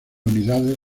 unidades